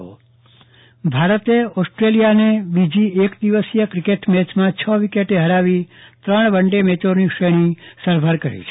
ચન્દ્રવદન પટ્ટણી વનડેમાં વિજય ભારતે ઓસ્ટ્રેલિયાને બીજી એક દિવસીય ક્રિકેટ મેચમાં છ વિકેટ હરાવી ત્રણ વનડે મેચોની શ્રેણી સરભર કરી છે